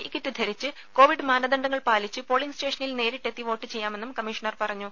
E kit ധരിച്ച് Covid മാനദണ്ഡങ്ങൾ പാലിച്ച് പോളിങ്ങ് സ്റ്റേഷനിൽ നേരിട്ടെത്തി വോട്ട് ചെയ്യാമെന്നും കമ്മീഷണർ പറഞ്ഞു